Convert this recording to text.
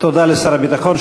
תודה לשר הביטחון.